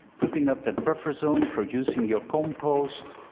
putting up the buffer zone, producing your compost,